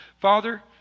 Father